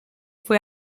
fue